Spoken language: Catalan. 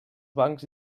bancs